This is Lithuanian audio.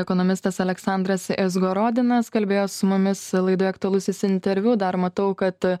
ekonomistas aleksandras izgorodinas kalbėjo su mumis laidoje aktualusis interviu dar matau kad